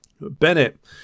Bennett